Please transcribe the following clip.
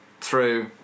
True